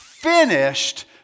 finished